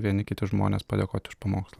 vieni kiti žmonės padėkoti už pamokslą